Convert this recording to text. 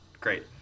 Great